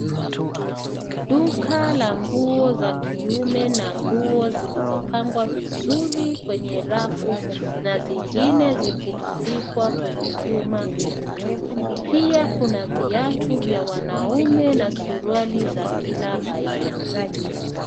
Duka la nguo za kiume na nguo zilizopangwa vizuri kwenye rafu na zingine zikitundikwa kwenye vyuma juu. Pia kuna viatu vya wanaume na suruali za kila aina.